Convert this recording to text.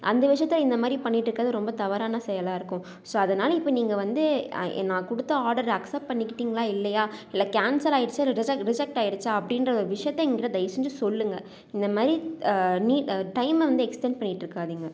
அந்த விஷயத்தில் இந்தமாதிரி பண்ணிட்டுருக்கிறது ரொம்ப தவறான செயலாக இருக்கும் ஸோ அதனால் இப்போ நீங்கள் வந்து நான் கொடுத்த ஆர்டர் அக்செப்ட் பண்ணிக்கிட்டீங்களா இல்லையா இல்லை கேன்சல் ஆகிடுச்சா இல்லை ரிஜெக் ரிஜெக்ட் ஆகிடுச்சா அப்படீன்ற ஒரு விஷயத்தை என்கிட்ட தயவுசெஞ்சு சொல்லுங்கள் இந்தமாதிரி நீ டைமை வந்து எக்ஸ்சென்ட் பண்ணிட்டிருக்காதீங்க